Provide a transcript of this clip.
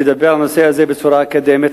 לדבר על הנושא הזה בצורה אקדמית,